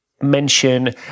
mention